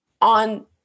on